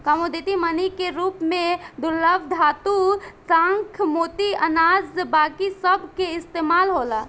commodity money के रूप में दुर्लभ धातु, शंख, मोती, अनाज बाकी सभ के इस्तमाल होला